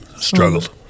struggled